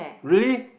really